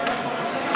חודש.